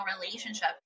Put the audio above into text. relationship